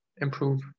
improve